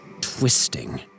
twisting